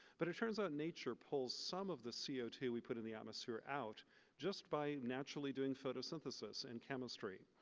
but it turns out nature pulls some of the c o two we put in the atmosphere out just by naturally doing photosynthesis and chemistry.